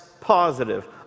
positive